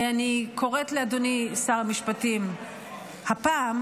אני קוראת לאדוני שר המשפטים הפעם